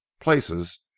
places